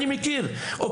פעם ישבו יחד בוועדות,